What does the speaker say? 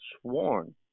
sworn